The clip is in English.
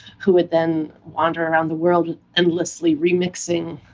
who would then wander around the world endlessly remixing